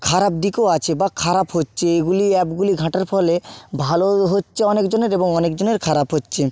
খারাপ দিকও আছে বা খারাপ হচ্ছে এগুলি অ্যাপগুলি ঘাঁটার ফলে ভালোও হচ্ছে অনেকজনের এবং অনেকজনের খারাপ হচ্ছে